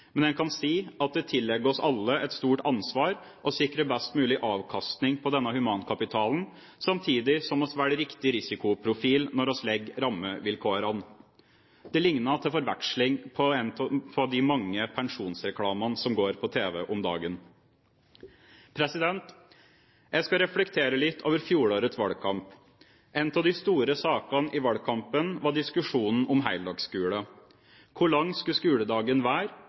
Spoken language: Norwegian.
men man kan si at det tillegger oss alle et stort ansvar å sikre best mulig avkastning på denne humankapitalen, samtidig som vi velger riktig risikoprofil når vi legger rammevilkårene. Det ligner til forveksling på en av de mange pensjonsreklamene som går på TV om dagen. Jeg skal reflektere litt over fjorårets valgkamp. En av de store sakene i valgkampen var diskusjonen om heldagsskole. Hvor lang skulle skoledagen være,